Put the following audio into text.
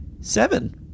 seven